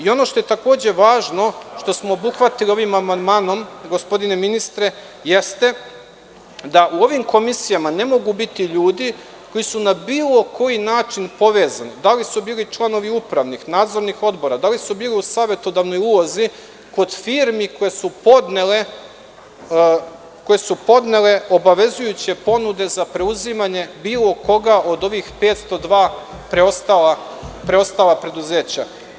Ono što je takođe važno, a što smo obuhvatili ovim amandmanom, gospodine ministre, jeste da u ovim komisijama ne mogu biti ljudi koji su na bilo koji način povezani, da li su bili članovi upravnih, nadzornih odbora, da li su bili u savetodavnoj ulozi, kod firmi koje su podnele obavezujuće ponude za preuzimanje bilo koga od ovih 502 preostala preduzeća.